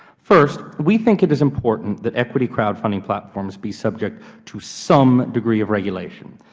first, we think it is important that equity crowdfunding platforms be subject to some degree of regulation.